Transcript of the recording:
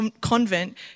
convent